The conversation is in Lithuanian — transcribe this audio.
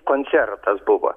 koncertas buvo